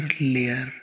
layer